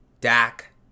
Dak